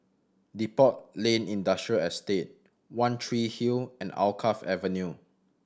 Depot Lane Industrial Estate One Tree Hill and Alkaff Avenue